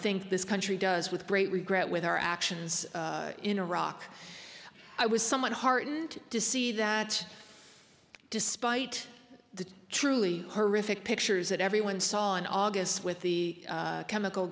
think this country does with great regret with our actions in iraq i was somewhat heartened to see that despite the truly horrific pictures that everyone saw in august with the chemical